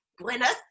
Gwyneth